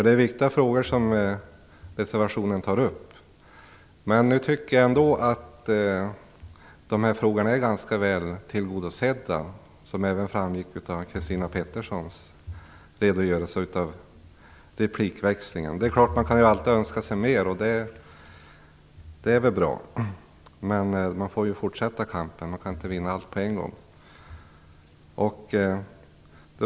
Det är viktiga frågor som tas upp i reservationen, men jag tycker att dessa frågor är ganska väl tillgodosedda ändå. Det framgick även av Christina Petterssons redogörelse och av replikväxlingen. Det är klart att man alltid kan alltid önska sig mer, och det är väl bra. Men man får fortsätta kampen. Man kan inte vinna allt på en gång.